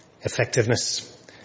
effectiveness